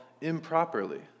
improperly